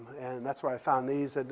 and that's where i found these.